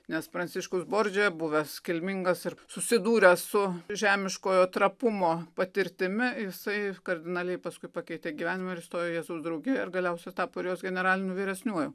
nes pranciškus bordžija buvęs kilmingas ir susidūręs su žemiškojo trapumo patirtimi jisai kardinaliai paskui pakeitė gyvenimą ir įstojo į jėzus draugiją ir galiausiai tapo ir jos generaliniu vyresniuoju